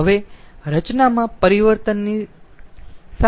હવે રચનામાં પરિવર્તનની સાથે કોઈ શું કરી શકે છે